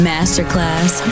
Masterclass